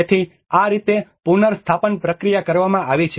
તેથી આ રીતે પુનર્સ્થાપન પ્રક્રિયા કરવામાં આવી છે